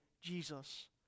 Jesus